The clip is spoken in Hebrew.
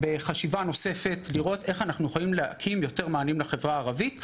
בחשיבה נוספת על מנת לראות איך אנחנו מקימים מענים נוספים לחברה הערבית,